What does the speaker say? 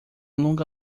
longa